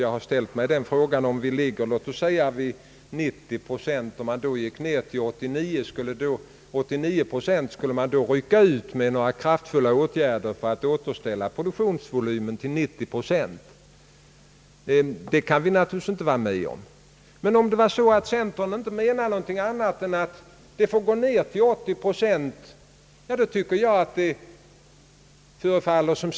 Jag har frågat mig: Om vi ligger t.ex. vid 90 procent och volymen gick ner till 89 procent skulle man då rycka ut med kraftfulla åtgärder för att återställa volymen till 90 procent? Det kan vi naturligtvis inte vara med om. Men om centern inte menar någonting annat än att volymen inte får gå ner mer än till 80 procent — ja, då förefaller det mig som om.